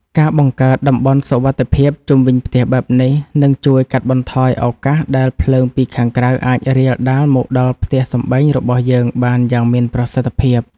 ការបង្កើត តំបន់សុវត្ថិភាព ជុំវិញផ្ទះបែបនេះ នឹងជួយកាត់បន្ថយឱកាសដែលភ្លើងពីខាងក្រៅអាចរាលដាលមកដល់ផ្ទះសម្បែងរបស់យើងបានយ៉ាងមានប្រសិទ្ធភាព។